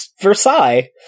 Versailles